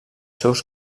seus